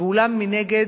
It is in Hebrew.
ואולם, מנגד,